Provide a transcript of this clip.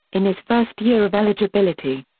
in his first year of eligibility.